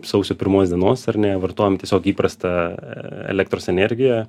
sausio pirmos dienos ar ne vartojam tiesiog įprastą elektros energiją